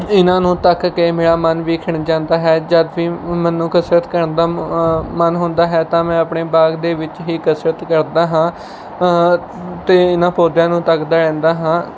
ਇਹਨਾਂ ਨੂੰ ਤੱਕ ਕੇ ਮੇਰਾ ਮਨ ਵੀ ਖਿੜ ਜਾਂਦਾ ਹੈ ਜਦ ਵੀ ਮੈਨੂੰ ਕਸਰਤ ਕਰਨ ਦਾ ਮੂ ਮਨ ਹੁੰਦਾ ਹੈ ਤਾਂ ਮੈਂ ਆਪਣੇ ਬਾਗ ਦੇ ਵਿੱਚ ਹੀ ਕਸਰਤ ਕਰਦਾ ਹਾਂ ਅਤੇ ਇਹਨਾਂ ਪੌਦਿਆਂ ਨੂੰ ਤੱਕਦਾ ਰਹਿੰਦਾ ਹਾਂ